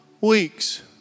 weeks